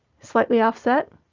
slightly offset,